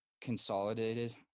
consolidated